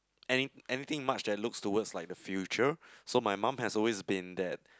any anything much that looks towards like the future so my mum has always been that